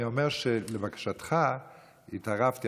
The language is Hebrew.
אני אומר שלבקשתך התערבתי,